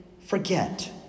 forget